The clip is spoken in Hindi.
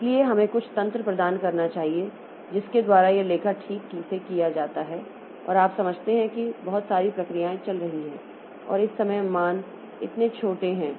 इसलिए हमें कुछ तंत्र प्रदान करना चाहिए जिसके द्वारा यह लेखा ठीक से किया जाता है और आप समझते हैं कि बहुत सारी प्रक्रियाएँ चल रही हैं और इस समय मान इतने छोटे हैं